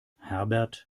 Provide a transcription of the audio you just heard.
herbert